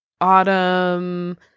autumn